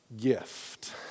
Gift